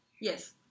Yes